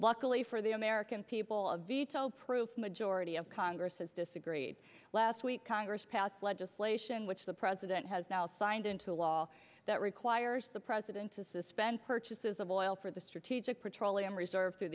luckily for the american people a veto proof majority of congress has disagreed last week congress passed legislation which the president has now signed into law that requires the president to suspend purchases of oil for the strategic petroleum reserve through